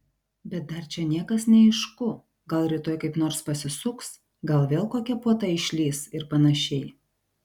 bet dar čia niekas neaišku gal rytoj kaip nors pasisuks gal vėl kokia puota išlįs ir panašiai